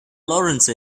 laurence